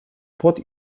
płot